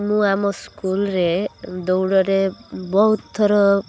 ମୁଁ ଆମ ସ୍କୁଲରେ ଦୌଡ଼ରେ ବହୁତ ଥର